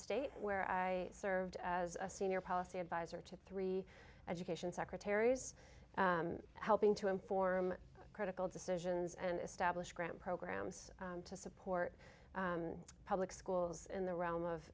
state where i served as a senior policy adviser to three education secretaries helping to inform critical decisions and establish grant programs to support public schools in the realm of